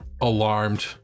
alarmed